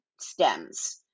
stems